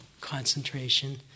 concentration